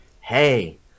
hey